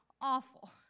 awful